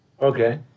Okay